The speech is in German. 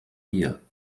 hier